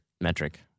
metric